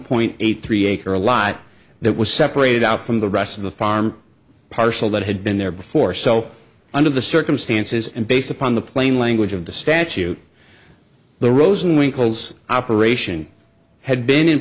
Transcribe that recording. point eight three acre lot that was separated out from the rest of the farm parcel that had been there before so under the circumstances and based upon the plain language of the statute the rosenwinkel zz operation had been in